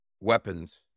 weapons